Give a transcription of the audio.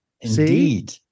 Indeed